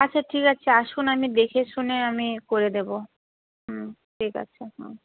আচ্ছা ঠিক আছে আসুন আমি দেখে শুনে আমি করে দেবো ঠিক আছে হ্যাঁ